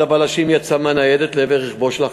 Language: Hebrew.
אחד הבלשים יצא מהניידת לעבר רכבו של החשוד,